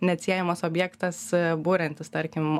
neatsiejamas objektas buriantis tarkim